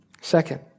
Second